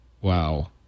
Wow